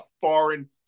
foreign